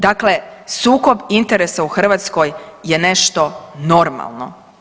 Dakle, sukob interesa u Hrvatskoj je nešto normalno.